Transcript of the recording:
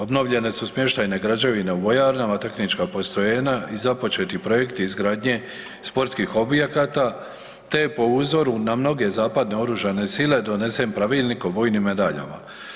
Obnovljene su smještajne građevine u vojarnama, tehnička postrojenja i započeti projekti izgradnje sportskih objekata te je po uzoru na mnoge zapadne oružane sile donesen Pravilnik o vojnim medaljama.